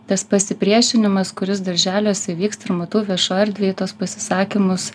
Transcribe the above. tas pasipriešinimas kuris darželiuose vyksta ir matau viešoj erdvėj tuos pasisakymus